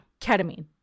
ketamine